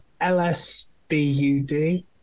LSBUD